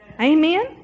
Amen